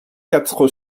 quatre